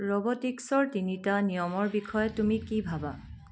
ৰবটিক্সৰ তিনিটা নিয়মৰ বিষয়ে তুমি কি ভাবা